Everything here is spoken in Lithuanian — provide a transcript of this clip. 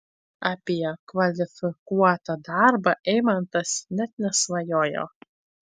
apie kvalifikuotą darbą eimantas net nesvajojo